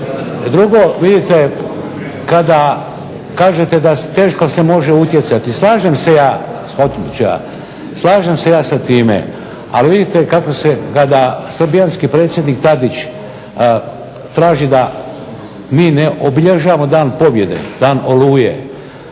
Drugo, vidite kada kažete da teško se može utjecati slažem se ja sa time, ali vidite kako se kada srbijanski predsjednik Tadić traži da mi ne obilježavamo dan pobjede, dan Oluje,